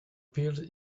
peers